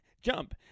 jump